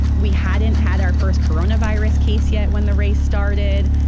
we hadn't had our first coronavirus case yet when the race started.